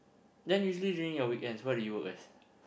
then usually during your weekends what do you work as